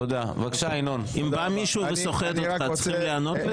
אם בא מישהו וסוחט אותך צריכים להיענות לזה?